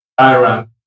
Iran